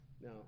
Now